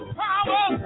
power